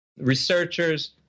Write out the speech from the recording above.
Researchers